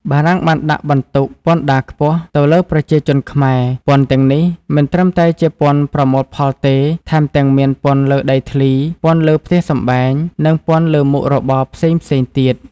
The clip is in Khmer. បារាំងបានដាក់បន្ទុកពន្ធដារខ្ពស់ទៅលើប្រជាជនខ្មែរ ពន្ធទាំងនេះមិនត្រឹមតែជាពន្ធប្រមូលផលទេ ថែមទាំងមានពន្ធលើដីធ្លី ពន្ធលើផ្ទះសម្បែង និងពន្ធលើមុខរបរផ្សេងៗទៀត។